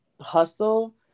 hustle